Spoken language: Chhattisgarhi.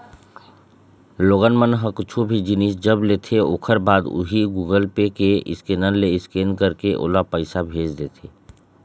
लोगन मन ह कुछु भी जिनिस जब लेथे ओखर बाद उही गुगल पे के स्केनर ले स्केन करके ओला पइसा भेज देथे